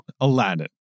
Aladdin